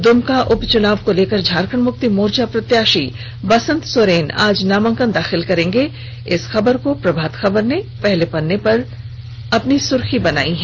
दुमका उपचुनाव को लेकर झारखंड मुक्ति मोर्चा प्रत्याशी बसंत सोरेन आज नामांकन पत्र दाखिल करेंगे इस खबर को प्रभात खबर ने पहले पन्ने पर जगह दी है